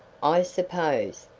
i suppose,